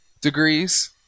degrees